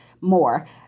more